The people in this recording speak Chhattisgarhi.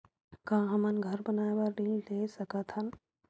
का हमन घर बनाए बार ऋण ले सकत हन?